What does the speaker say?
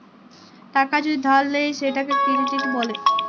টাকা যদি ধার লেয় সেটকে কেরডিট ব্যলে